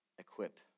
Equip